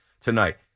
tonight